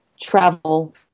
travel